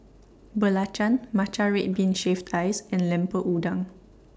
Belacan Matcha Red Bean Shaved Ice and Lemper Udang